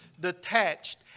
detached